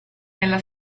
nella